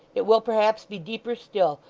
it will perhaps be deeper still,